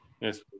Yes